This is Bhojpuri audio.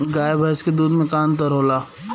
गाय भैंस के दूध में का अन्तर होला?